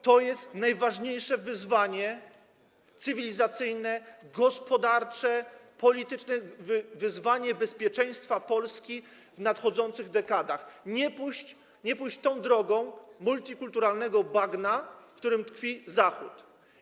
To jest najważniejsze wyzwanie cywilizacyjne, gospodarcze, polityczne, wyzwanie dotyczące bezpieczeństwa Polski w nadchodzących dekadach - nie pójść tą drogą multikulturalnego bagna, w którym tkwi Zachód.